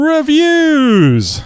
Reviews